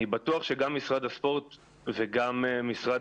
אני בטוח שגם משרד הספורט וגם משרד